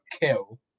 kill